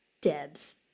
Debs